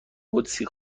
قدسی